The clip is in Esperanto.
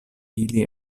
ili